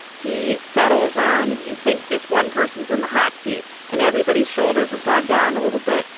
he settles on. you think this one person's in the hot seat and everybody's shoulders have gone down a little bit.